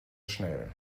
schnell